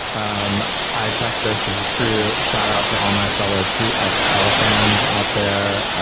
um i checked this is is true. shout out to all my fellow to excel fans out there.